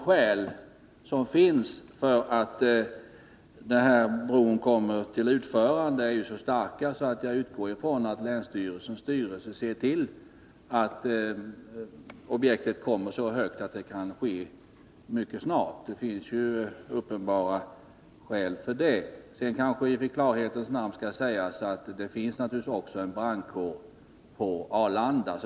Skälen för att bron skall byggas är emellertid så starka att jag utgår från att länsstyrelsens styrelse ser till att objektet kan utföras mycket snart. Det finns uppenbara skäl för det. Sedan kanske det i klarhetens namn skall sägas att det finns en brandkår också på Arlanda.